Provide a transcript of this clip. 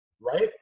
right